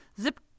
zip